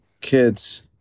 kids